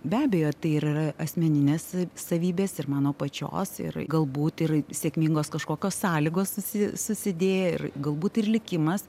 be abejo tai ir yra asmenines savybes ir mano pačios ir galbūt ir sėkmingos kažkokios sąlygos susi susidėjo ir galbūt ir likimas